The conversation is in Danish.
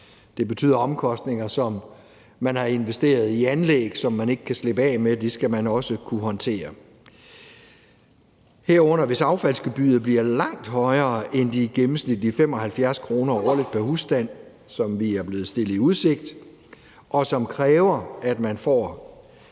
det betyder omkostninger, som man har investeret i anlæg, som man ikke kan slippe af med, og det skal man også kunne håndtere – herunder hvis affaldsgebyret bliver langt højere end de gennemsnitlige 75 kr. årligt pr. husstand, som vi er blevet stillet i udsigt, og som kræver, at man får